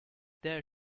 there